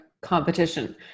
competition